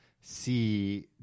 see